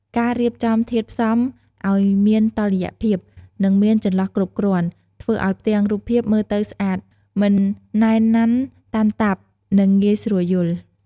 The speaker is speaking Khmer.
ការរៀបចំធាតុផ្សំឱ្យមានតុល្យភាព និងមានចន្លោះគ្រប់គ្រាន់ ធ្វើឱ្យផ្ទាំងរូបភាពមើលទៅស្អាត មិនណែនណាន់តាន់តាប់ និងងាយស្រួលយល់ ។